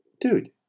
dude